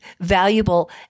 valuable